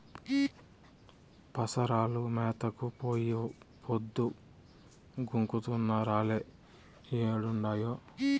పసరాలు మేతకు పోయి పొద్దు గుంకుతున్నా రాలే ఏడుండాయో